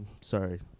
sorry